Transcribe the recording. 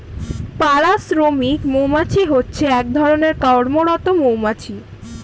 পাড়া শ্রমিক মৌমাছি হচ্ছে এক ধরণের কর্মরত মৌমাছি